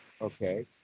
Okay